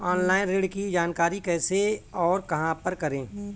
Online ऋण की जानकारी कैसे और कहां पर करें?